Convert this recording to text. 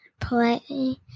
play